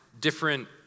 different